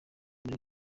muri